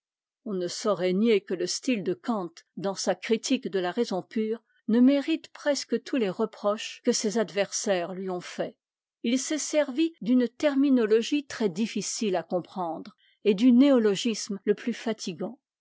on ne saurait nier que le style de kant dans sa critique de la raison pure ne mérite presque tous les reproches que ses adversaires lui ont faits il s'est servi d'une terminologie très difuciie à comprendre et du néologisme le plus fatigant